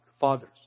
fathers